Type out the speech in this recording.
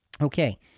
Okay